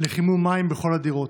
לחימום מים בכל הדירות.